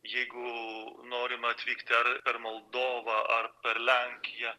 jeigu norima atvykti ar per moldovą ar per lenkiją